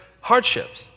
hardships